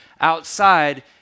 outside